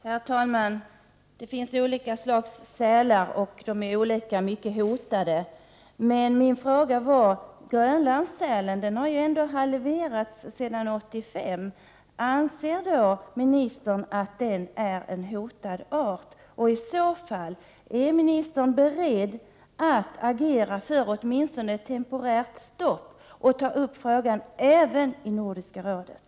Herr talman! Det finns olika slags sälar, och de är i olika omfattning hotade. Men antalet Grönlandssälar har ändå halverats sedan år 1985. Anser jordbruksministern att Grönlandssälen är en hotad art? Om så är fallet, är jordbruksministern beredd att agera för åtminstone ett temporärt stopp och för att frågan även tas upp i Nordiska rådet?